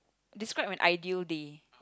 describe an ideal day